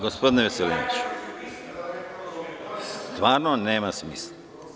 Gospodine Veselinoviću, stvarno nema smisla.